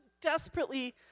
desperately